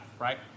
right